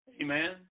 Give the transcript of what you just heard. Amen